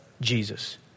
Jesus